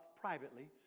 privately